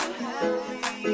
happy